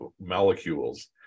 molecules